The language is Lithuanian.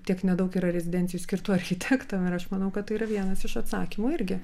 tiek nedaug yra rezidencijų skirtų architektam ir aš manau kad tai yra vienas iš atsakymų irgi